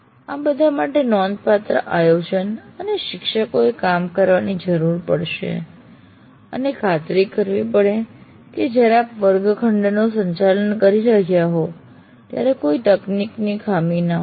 આ બધા માટે નોંધપાત્ર આયોજન અને શિક્ષકોએ કામ કરવાની જરૂર પડશે અને ખાતરી કરવી પડે કે જ્યારે આપ વર્ગનું સંચાલન કરી રહ્યા હોવ ત્યારે કોઈ તકનીકી ખામી ન હોય